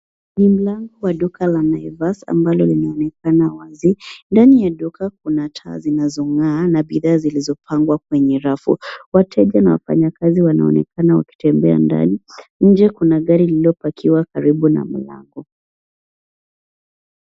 Ni mlango wa duka la Naivas ambalo linaonekana wazi. Ndani ya duka kuna taa zinazong'aa na bidhaa zilizopangwa kwenye rafu. Wateja na wafanyikazi wanaonekana wakitembea ndani. Nje kuna gari lililopakiwa karibu na mlango.